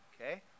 Okay